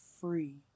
free